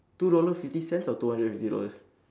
two dollars fifty cents or two hundred and fifty dollars